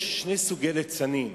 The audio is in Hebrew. יש שני סוגי ליצנים: